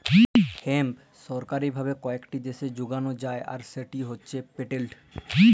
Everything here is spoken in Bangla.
হেম্প সরকারি ভাবে কয়েকট দ্যাশে যগাল যায় আর সেট হছে পেটেল্টেড